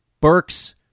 Burks